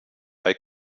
bei